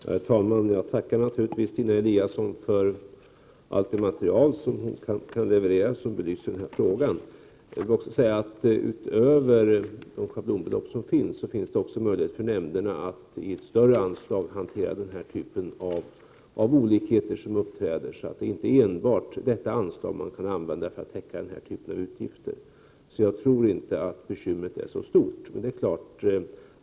Herr talman! Jag tackar naturligtvis Stina Eliasson för alit det material som hon kan leverera som belyser frågan. Utöver schablonbeloppet finns det också möjlighet för nämnderna att i ett större anslag hantera den här typen av olikheter som uppträder. Det är således inte enbart detta anslag som man kan använda för att täcka den här typen av utgifter. Jag tror därför inte att bekymret är så stort.